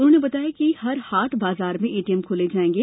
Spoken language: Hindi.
उन्होंने बताया कि हर हाट बाजार में एटीएम खोले जाएंगे